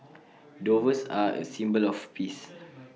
doves are A symbol of peace